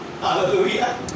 Hallelujah